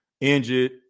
injured